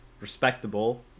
respectable